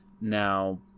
now